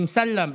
אמסלם,